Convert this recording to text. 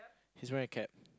she's wearing a cap